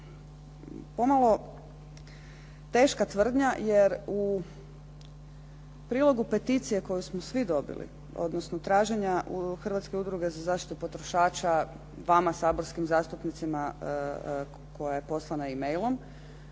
pomalo teška tvrdnja jer u prilogu peticije koju smo svi dobili odnosno traženja Hrvatske udruge za zaštitu potrošača vama saborskim zastupnicima koja je poslana e-mailom